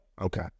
Okay